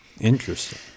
Interesting